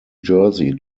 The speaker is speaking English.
jersey